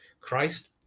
Christ